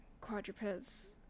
quadrupeds